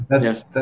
yes